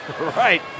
Right